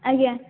ଆଜ୍ଞା